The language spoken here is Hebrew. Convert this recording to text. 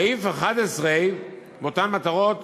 סעיף (11) באותן מטרות,